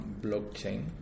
blockchain